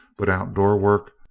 but outdoor work,